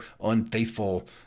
unfaithful